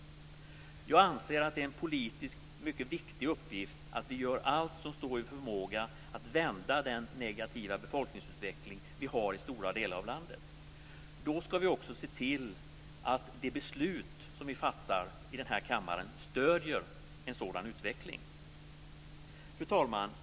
Jag anser att det är en politiskt mycket viktig uppgift att vi gör allt som står i vår förmåga för att vända den negativa befolkningsutveckling som vi har i stora delar av landet. Då ska vi också se till att de beslut som vi fattar här i kammaren stöder en sådan utveckling. Fru talman!